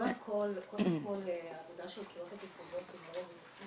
קודם כל העבודה של הקהילות הטיפוליות --- מקצועי.